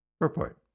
Report